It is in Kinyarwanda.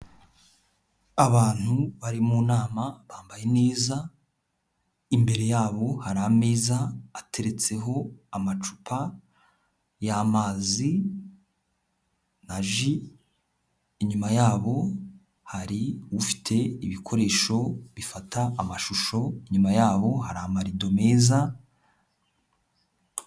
Abantu bari mu nama bambaye neza, imbere yabo hari ameza ateretseho amacupa y'amazi na ji, inyuma yabo hari ufite ibikoresho bifata amashusho, inyuma yabo hari amarido meza.